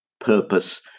Purpose